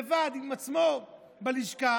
לבד עם עצמו בלשכה.